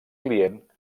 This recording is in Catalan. client